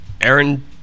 Aaron